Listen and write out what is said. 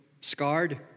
scarred